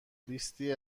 لیستی